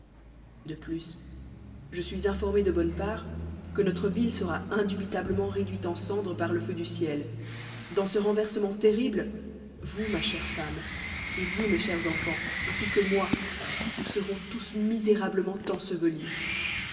de plus je suis iiirormé debonne partque notre ville sera iajubitablerncnt éduit en cendres par le feu du ciel dans ce remersetuent terrible vans ma chère femme et vous mes chers enbots ainsi que ntoi nous serons tous misérablement ensevelis